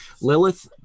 Lilith